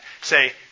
Say